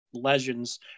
Legends